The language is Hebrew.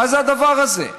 מה זה הדבר הזה?